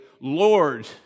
Lord